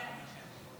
כן.